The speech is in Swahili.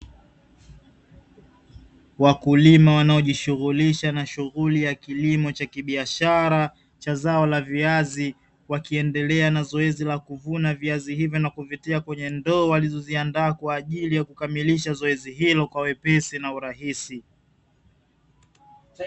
Wakulima wanaojishughulisha na shughuli ya kilimo cha kibiashara cha zao la viazi, wakiendelea na zoezi la kuvuna viazi hivyo na kuvitia kwenye ndoo walizoandaa kwa ajili ya kukamilisha zoezi hilo kwa uwepesi na urahisi.